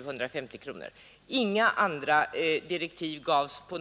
750 kronor. Inga andra direktiv gavs.